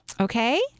Okay